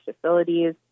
facilities